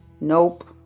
Nope